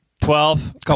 Twelve